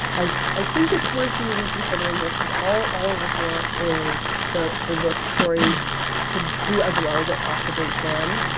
i i think it's worth you reconsidering this cause all all of us want is the for this story to do as well as it possibly can.